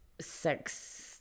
sex